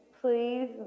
Please